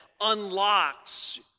unlocks